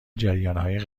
جریانهای